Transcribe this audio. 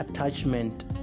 Attachment